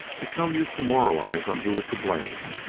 it's no use to moralize on who is to blame.